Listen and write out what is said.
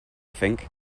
think